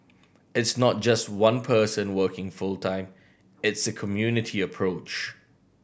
it's not just one person working full time it's a community approach